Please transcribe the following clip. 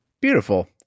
Beautiful